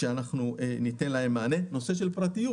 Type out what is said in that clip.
פרטיות